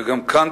וגם כאן,